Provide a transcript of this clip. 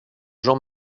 jean